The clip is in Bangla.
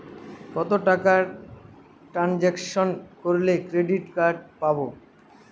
কত টাকা ট্রানজেকশন করলে ক্রেডিট কার্ড পাবো?